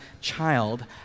child